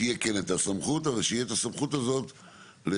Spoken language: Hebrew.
שיהיה כן את הסמכות אבל שיהיה את הסמכות הזאת לאותה